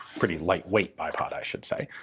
pretty lightweight bipod i should say,